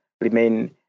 remain